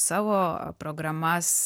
savo programas